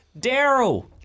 Daryl